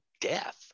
death